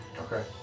Okay